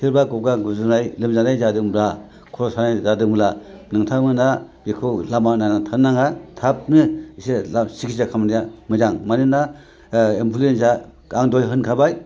सोरबा गगा गुजुनाय लोमजानाय जादोंब्ला खर' सानाय जादोंब्ला नोंथांमोना बेखौ लामा नायनानै थानो नाङा थाबनो सिखिदसा खामनाया मोजां मानोना इनफ्लुएन्जा आं दहाय होनखाबाय